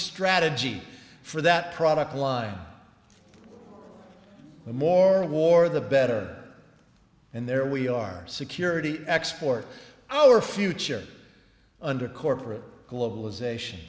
strategy for that product line the more a war the better and there we are security export our future under corporate globalization